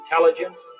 intelligence